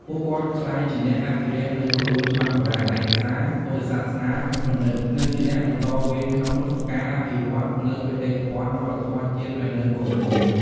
ពួកគាត់ក្លាយជាអ្នកអភិរក្សនូវក្បួនច្បាប់បុរាណ ឯកសារ ពុទ្ធសាសនាបណ្ឌិត្យ និងជាអ្នកបន្តវេនក្នុងការអភិវឌ្ឍនូវបេតិកភណ្ឌវប្បធម៌ជាតិឱ្យនៅគង់វង្ស។